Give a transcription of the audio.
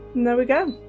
there we go